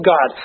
God